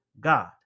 God